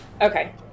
Okay